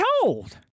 told